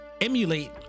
emulate